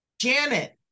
Janet